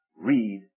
read